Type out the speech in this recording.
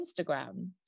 Instagram